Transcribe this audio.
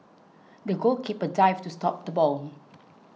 the goalkeeper dived to stop the ball